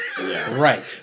Right